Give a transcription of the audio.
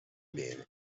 bene